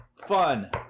fun